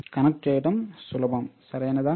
connect చేయడం సులభం సరియైనదా